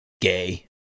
gay